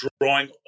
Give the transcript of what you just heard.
drawing